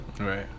Right